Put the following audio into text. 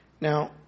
Now